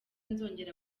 nzongera